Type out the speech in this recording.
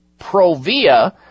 Provia